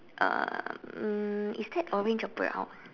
uh um is that orange or brown